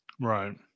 right